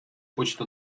почта